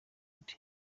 sup